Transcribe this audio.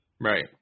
Right